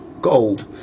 gold